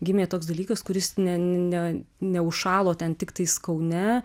gimė toks dalykas kuris ne ne neužšalo ten tiktais kaune